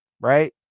right